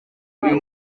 uyu